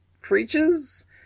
creatures